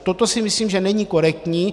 Toto si myslím, že není korektní.